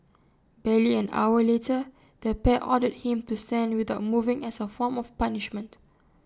barely an hour later the pair ordered him to stand without moving as A form of punishment